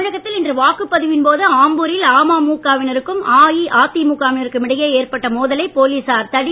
தமிழகத்தில் இன்று வாக்குப்பதிவின் போது ஆம்பூரில் அமமுக வினருக்கும் அஇஅதிமுக வினருக்கும் இடையே ஏற்பட்ட மோதலை போலீசார் தடியடி நடத்தி கலைத்தனர்